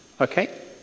okay